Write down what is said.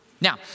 Now